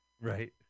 Right